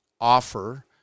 offer